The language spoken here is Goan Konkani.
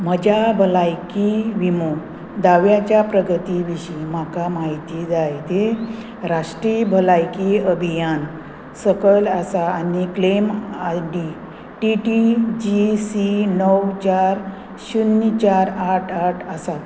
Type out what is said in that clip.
म्हज्या भलायकी विमो दाव्याच्या प्रगती विशीं म्हाका म्हायती जाय तें राष्ट्रीय भलायकी अभियान सकयल आसा आनी claim I D T T G C णव चार शुन्य चार आठ आठ आसा